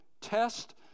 test